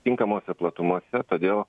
tinkamo platumose todėl